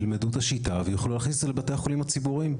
ילמדו את השיטה ונוכל להכניס את זה לבתי החולים הציבוריים,